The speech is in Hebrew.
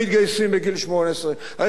בלי לדבר על כולם מתגייסים בגיל 18. הרי